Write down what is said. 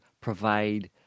provide